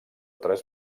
tres